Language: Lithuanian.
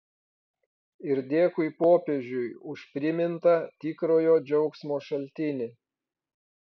ir dėkui popiežiui už primintą tikrojo džiaugsmo šaltinį